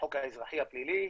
החוק האזרחי הפלילי,